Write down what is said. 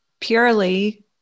purely